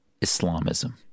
Islamism